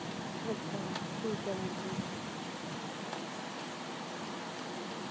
अच्छा ठीक ऐ मैडम जी